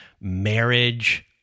marriage